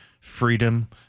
freedom